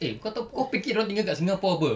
eh kau tahu kau fikir dorang tinggal kat singapore [pe]